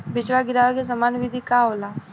बिचड़ा गिरावे के सामान्य विधि का होला?